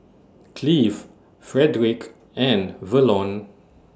Cleve Frederick and Verlon